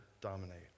dominate